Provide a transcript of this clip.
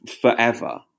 forever